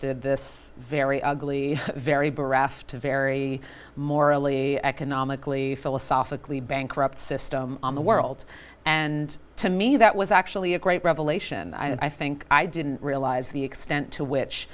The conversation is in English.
ed this very ugly very bereft very morally economically philosophically bankrupt system on the world and to me that was actually a great revelation i think i didn't realise the extent to which